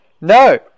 No